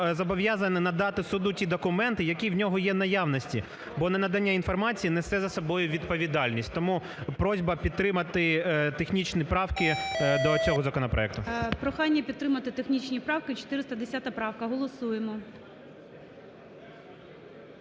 зобов'язання надати суду ті документи, які є в нього в наявності, бо ненадання інформації несе за собою відповідальність. Тому прохання підтримати технічні правки до цього законопроекту. ГОЛОВУЮЧИЙ. Прохання підтримати технічні правки. 410 правка, голосуємо.